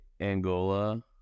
Angola